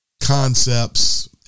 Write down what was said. concepts